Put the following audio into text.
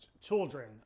children